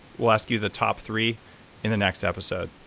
we'll ask you the top three in the next episode.